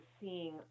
seeing